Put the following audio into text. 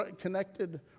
connected